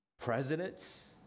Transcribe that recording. presidents